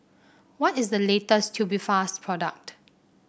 what is the latest Tubifast product